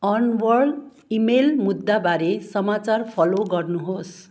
Arnav email मुद्दाबारे समाचार follow गर्नुहोस्